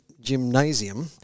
gymnasium